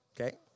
Okay